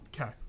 Okay